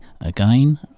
again